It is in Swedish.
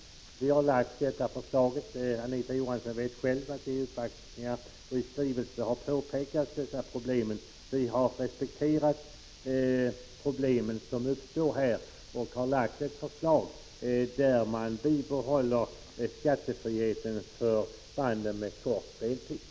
Anita Johansson vet att dessa problem har påpekats vid uppvaktningar och i skrivelser. Vi har respekterat de problem som uppstår i detta sammanhang och har lagt fram ett förslag som innebär att man bibehåller skattefriheten för band med kort speltid.